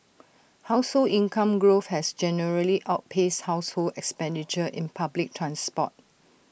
household income growth has generally outpaced household expenditure in public transport